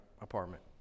apartment